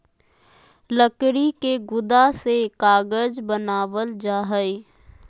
लकड़ी के गुदा से कागज बनावल जा हय